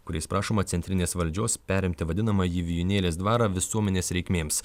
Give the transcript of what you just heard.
kuriais prašoma centrinės valdžios perimti vadinamąjį vijūnėlės dvarą visuomenės reikmėms